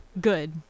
Good